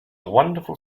wonderful